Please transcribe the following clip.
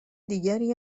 دیگری